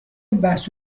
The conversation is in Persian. بحث